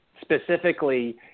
Specifically